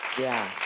yeah.